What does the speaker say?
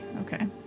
okay